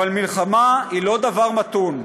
אבל מלחמה היא לא דבר מתון,